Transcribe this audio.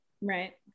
Right